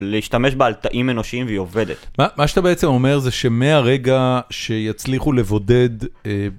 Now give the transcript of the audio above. להשתמש בה על תאים אנושיים והיא עובדת. מה שאתה בעצם אומר זה שמהרגע שיצליחו לבודד...